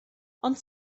ond